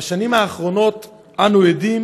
בשנים האחרונות אנחנו עדים